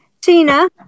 Tina